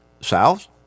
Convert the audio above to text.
South